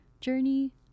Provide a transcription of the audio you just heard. journey